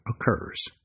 occurs